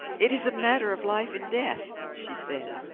it is a matter of life and death, she said,